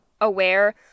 aware